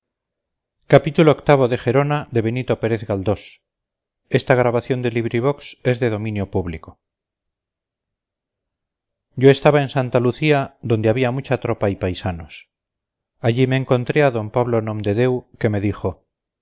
yo estaba en santa lucía donde había mucha tropa y paisanos allí me encontré a d pablo nomdedeu que me dijo